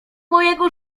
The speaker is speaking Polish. mojego